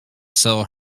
sell